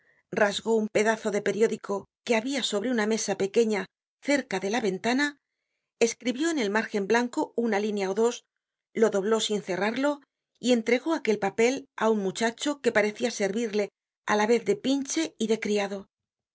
rasgó un pedazo de periódico que habia sobre una mesa pequeña cerca de la ventana escribió en el márgen blanco una línea ó dos lo dobló sin cerrarlo y entregó aquel papel á un muchacho que paree ja servirle á la vez de pinche y de criado